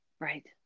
Right